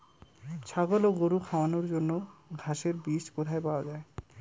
ছাগল ও গরু খাওয়ানোর জন্য ঘাসের বীজ কোথায় পাওয়া যায়?